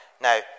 Now